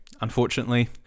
unfortunately